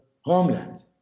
homeland